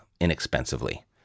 inexpensively